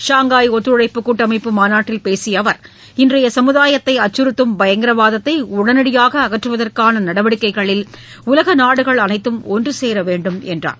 Shanghai ஒத்துழைப்பு கூட்டமைப்பு மாநாட்டில் பேசிய அவர் இன்றைய சமுதாயத்தை அச்சுறுத்தும் பயங்கரவாததை உடனடியாக அகற்றுவதற்கான நடவடிக்கைகளில் உலக நாடுகள் அனைத்தும் ஒன்றுசேர வேண்டும் என்றார்